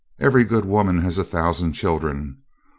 every good woman has a thousand children.